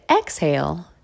exhale